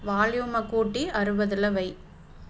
வால்யூமை கூட்டி அறுபதுல வை